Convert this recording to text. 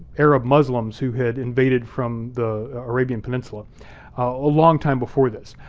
arab muslims who had invaded from the arabian peninsula a long time before this,